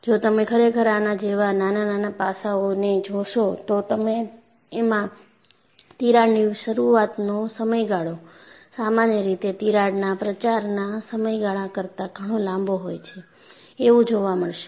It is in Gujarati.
જો તમે ખરેખર આના જેવા નાના નાના પાસાઓને જોશો તો તમે એમાં તિરાડની શરૂઆતનો સમયગાળો સામાન્ય રીતે તિરાડના પ્રચારના સમયગાળા કરતાં ઘણો લાંબો હોય છે એવું જોવા મળશે